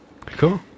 Cool